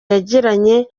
yagiranye